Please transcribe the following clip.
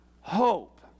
hope